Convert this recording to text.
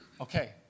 Okay